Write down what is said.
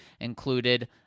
included